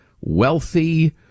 wealthy